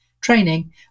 training